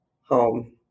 home